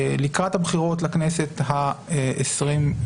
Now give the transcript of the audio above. לקראת הבחירות לכנסת העשרים-ושלוש,